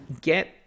get